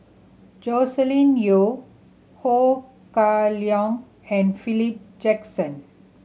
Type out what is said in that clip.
Joscelin Yeo Ho Kah Leong and Philip Jackson